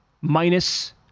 minus